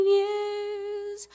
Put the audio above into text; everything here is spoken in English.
years